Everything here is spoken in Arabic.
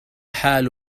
حال